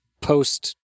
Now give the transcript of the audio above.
post